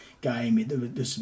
game